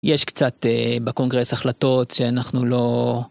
יש קצת בקונגרס החלטות שאנחנו לא...